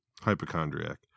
Hypochondriac